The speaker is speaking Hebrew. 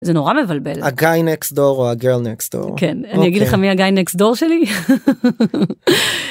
זה נורא מבלבל ה guy next door או ה girl next door כן אני אגיד לך מי ה guy next door שלי.